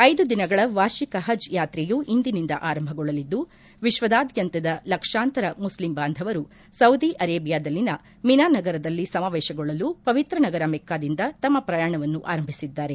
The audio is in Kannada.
ಐದು ದಿನಗಳ ವಾರ್ಷಿಕ ಪಜ್ ಯಾತ್ರೆಯು ಇಂದಿನಿಂದ ಆರಂಭಗೊಳ್ಳಲಿದ್ದು ವಿಶ್ವದಾದ್ಯಂತದ ಲಕ್ಷಾಂತರ ಮುಸ್ಲಿಂ ಬಾಂಧವರು ಸೌದಿ ಅರೇಬಿಯಾದಲ್ಲಿನ ಮಿನಾ ನಗರದಲ್ಲಿ ಸಮಾವೇಶಗೊಳ್ಳಲು ಪವಿತ್ರ ನಗರ ಮೆಕ್ಕಾದಿಂದ ತಮ್ಮ ಪ್ರಯಾಣವನ್ನು ಆರಂಭಿಸಿದ್ದಾರೆ